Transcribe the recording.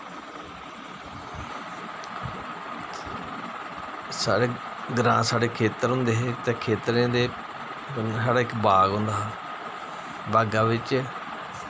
ग्रांऽ साढ़े साढ़े खेत्तर होंदे हे ते खेत्तरें दे कन्नै साढ़ै इक बाग होंदा हा बागा बिच्च